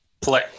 play